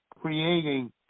creating